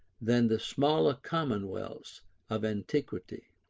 than the smaller commonwealths of antiquity.